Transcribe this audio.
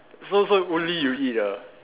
so so only you eat ah